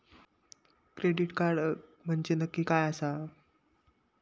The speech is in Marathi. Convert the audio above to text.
क्रेडिट कार्ड म्हंजे नक्की काय आसा?